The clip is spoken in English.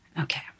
Okay